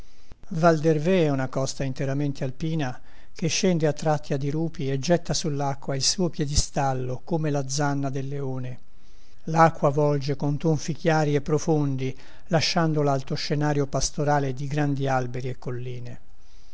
valdervé è una costa interamente alpina che scende a tratti a dirupi e getta sull'acqua il suo piedistallo come la zanna del leone l'acqua volge con tonfi chiari e profondi lasciando l'alto scenario pastorale di grandi alberi e colline